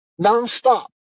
nonstop